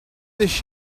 this